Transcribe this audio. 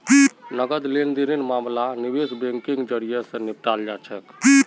नकद लेन देनेर मामला निवेश बैंकेर जरियई, स निपटाल जा छेक